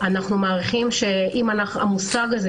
אנחנו מעריכים שהמושג תו ירוק,